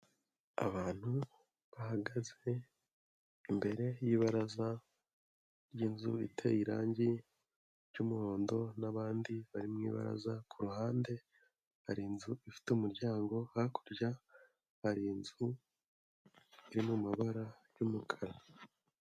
Abantu bahagaze imbere y'ibaraza ry'inzu iteye irangi ry'umuhondo n'abandi bari mu ibaraza, ku ruhande hari inzu ifite umuryango, hakurya hari inzu iri mu mabara y'umukara.